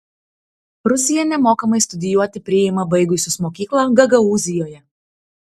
rusija nemokamai studijuoti priima baigusius mokyklą gagaūzijoje